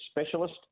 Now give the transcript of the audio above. specialist